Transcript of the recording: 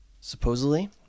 Supposedly